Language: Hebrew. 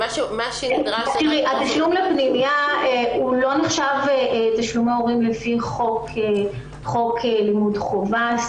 התשלום לפנימייה לא נחשב תשלומי הורים לפי חוק לימוד חובה,